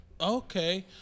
okay